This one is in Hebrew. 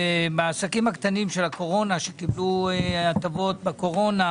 שלעסקים הקטנים שקיבלו הטבות בקורונה